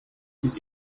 his